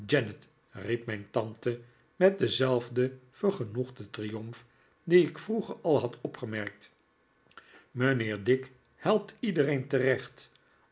riep mijn tante met denzelfden vergenoegden triomf dien ik vroeger al had opgemerkt mijnheer dick helpt iedereen terecht